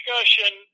discussion